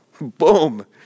Boom